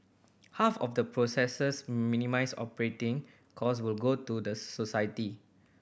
half of the processes operating costs will go to the society